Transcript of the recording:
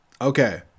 okay